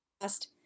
last